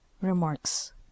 Remarks